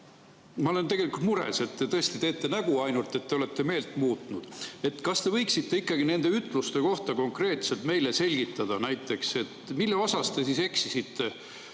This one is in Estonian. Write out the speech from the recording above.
Ma olen tegelikult mures – te tõesti teete ainult näo, et te olete meelt muutnud. Kas te võiksite ikkagi nende ütluste kohta konkreetselt meile selgitada, näiteks milles te eksisite